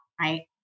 Right